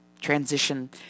transition